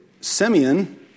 Simeon